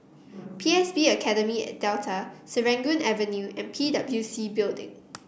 P S B Academy at Delta Serangoon Avenue and P W C Building